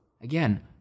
Again